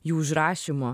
jų užrašymo